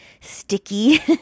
sticky